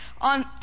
on